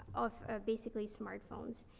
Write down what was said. of, basically smartphones?